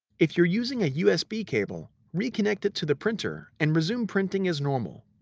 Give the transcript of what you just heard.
if you're using a usb cable, reconnect it to the printer and resume printing as normal.